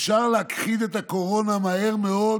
אפשר להכחיד את הקורונה מהר מאוד